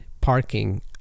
parking